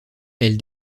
elle